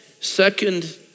Second